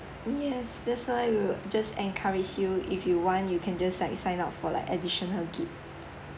yes that's why we'll just encourage you if you want you can just like sign up for like additional gig~